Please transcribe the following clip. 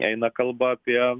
eina kalba apie